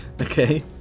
Okay